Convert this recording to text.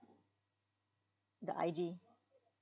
the I_D